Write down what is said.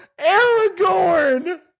Aragorn